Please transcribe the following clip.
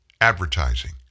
advertising